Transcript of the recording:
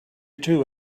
two